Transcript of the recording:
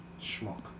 Schmuck